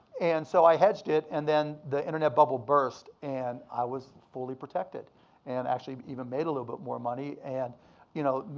and so i hedged it, and then the internet bubble burst and i was fully protected and actually even made a little bit more money. and you know